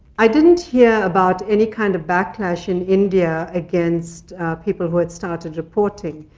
i didn't hear about any kind of backlash in india against people who had started reporting.